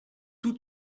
tout